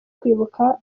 kwibuka